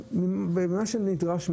מגדילים,